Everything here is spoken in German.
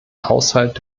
haushalt